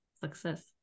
success